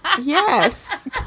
Yes